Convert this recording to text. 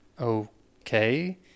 Okay